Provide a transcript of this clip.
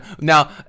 Now